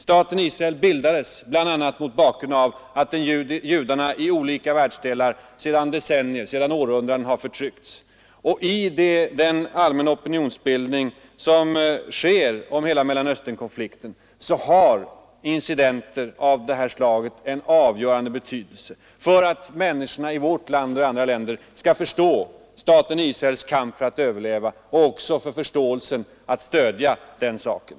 Staten Israel bildades bl.a. mot bakgrund av att judarna i olika världsdelar sedan århundraden förtryckts. I den allmänna opinionsbildning som sker om hela Mellanösternkonflikten har incidenter av det här slaget en avgörande betydelse för att människorna i vårt land och andra länder skall förstå staten Israels kamp för att överleva och förstå vikten av att stödja den saken.